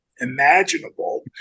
imaginable